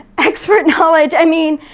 expert knowledge. i mean,